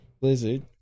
Blizzard